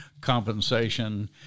compensation